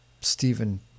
Stephen